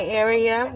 area